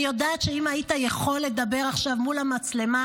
אני יודעת שאם היית יכול לדבר עכשיו מול המצלמה,